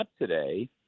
today